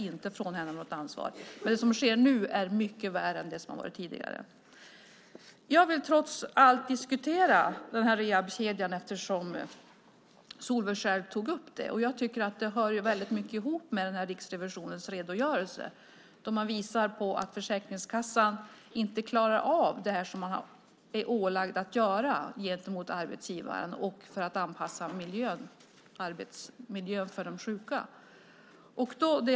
Det som sker nu är mycket värre än det som varit tidigare. Jag vill trots allt diskutera rehabkedjan, eftersom Solveig själv tog upp det. Det hör väldigt mycket ihop med Riksrevisionens redogörelser. Man visar på att Försäkringskassan inte klarar av vad den är ålagd att göra gentemot arbetsgivaren för att anpassa arbetsmiljön för de sjuka.